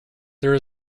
there